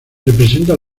representa